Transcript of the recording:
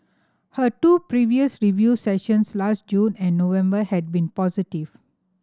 her two previous review sessions last June and November had been positive